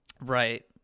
right